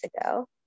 ago